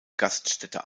gaststätte